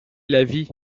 l’avis